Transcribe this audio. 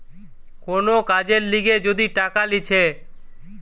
কোন কাজের লিগে যদি টাকা লিছে